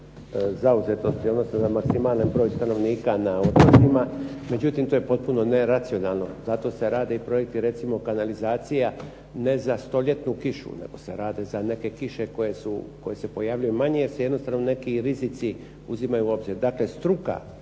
zauzetosti, odnosno za maksimalni broj stanovnika na otocima. Međutim, to je potpuno neracionalno. Zato se rade projekti recimo kanalizacija, ne za stoljetnu kišu, nego se rade za neke kiše koje se pojavljuju manje jer se jednostavno neki rizici uzimaju u obzir.